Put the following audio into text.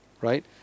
Right